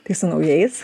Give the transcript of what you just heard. tai su naujais